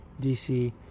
DC